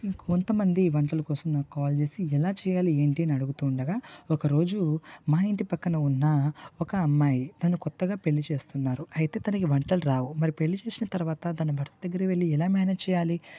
ఇంకొంతమంది వంటల కోసం నాకు కాల్ చేసి ఎలా చేయాలి ఏంటి అని అడుగుతు ఉండగా ఒక రోజు మా ఇంటి పక్కన ఉన్న ఒక అమ్మాయి తను కొత్తగా పెళ్లి చేస్తున్నారు అయితే తనకి వంటలు రావు మరి పెళ్లి చేసిన తర్వాత తన భర్త దగ్గరికి వెళ్ళి ఎలా మానేజ్ చేయాలి